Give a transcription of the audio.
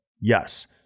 Yes